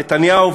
נתניהו,